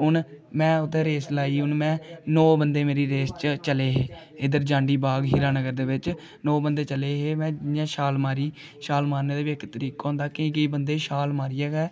हून में उत्थें रेस लाई हून में नौ बंदे मेरे रेस च चले हे इद्धर जांडी बाग हीरा नगर दे बिच नौ बंदे चले हे ते में इ'यां छाल मारी छाल मारने दा बी इक तरीका होंदा कि केईं बंदे छाल मारियै गै